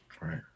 right